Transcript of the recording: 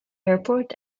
airport